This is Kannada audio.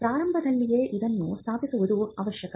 ಪ್ರಾರಂಭದಲ್ಲಿಯೇ ಅದನ್ನು ಸ್ಥಾಪಿಸುವುದು ಅವಶ್ಯಕ